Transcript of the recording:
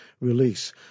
release